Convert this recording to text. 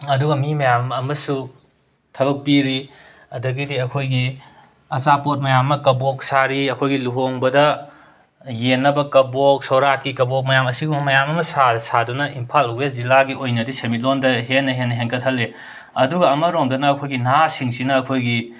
ꯑꯗꯨꯒ ꯃꯤ ꯃꯌꯥꯝ ꯑꯃꯁꯨ ꯊꯕꯛ ꯄꯤꯔꯤ ꯑꯗꯒꯤꯗꯤ ꯑꯩꯈꯣꯏꯒꯤ ꯑꯆꯥꯄꯣꯠ ꯃꯌꯥꯝ ꯑꯃ ꯀꯕꯣꯛ ꯁꯥꯔꯤ ꯑꯩꯈꯣꯏꯒꯤ ꯂꯨꯍꯣꯡꯕꯗ ꯌꯦꯟꯅꯕ ꯀꯕꯣꯛ ꯁꯣꯔꯥꯠꯀꯤ ꯀꯕꯣꯛ ꯃꯌꯥꯝ ꯑꯁꯤꯒꯨꯝꯕ ꯃꯌꯥꯝ ꯑꯃ ꯁꯥꯗꯨꯅ ꯏꯝꯐꯥꯜ ꯋꯦꯁ ꯖꯤꯂꯥꯒꯤ ꯑꯣꯏꯅꯗꯤ ꯁꯦꯟꯃꯤꯠꯂꯣꯟꯗ ꯍꯦꯟꯅ ꯍꯦꯟꯅ ꯍꯦꯟꯒꯠꯍꯜꯂꯤ ꯑꯗꯨꯒ ꯑꯃꯔꯣꯝꯗꯅ ꯑꯩꯈꯣꯏꯒꯤ ꯅꯍꯥꯁꯤꯡꯁꯤꯅ ꯑꯩꯈꯣꯏꯒꯤ